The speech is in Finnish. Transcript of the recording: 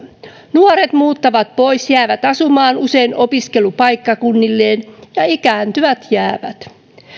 nuoret muuttavat pois jäävät asumaan usein opiskelupaikkakunnilleen ja ikääntyvät jäävät